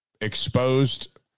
exposed